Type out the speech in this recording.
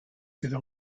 through